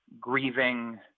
grieving